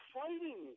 fighting